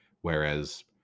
Whereas